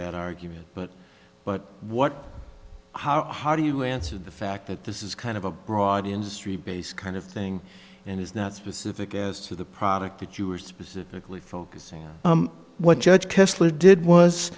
that argument but but what how hard do you answer the fact that this is kind of a broad industry base kind of thing and it's not specific as to the product that you are specifically focusing what judge kessler did was